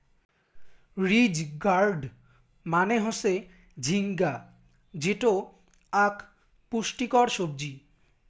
ridge gourd মানে হসে ঝিঙ্গা যেটো আক পুষ্টিকর সবজি